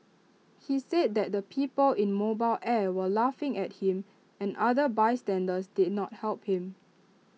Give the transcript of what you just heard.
he said that the people in mobile air were laughing at him and other bystanders did not help him